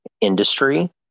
industry